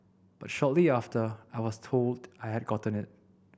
but shortly after I was told I had gotten it